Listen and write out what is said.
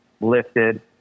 lifted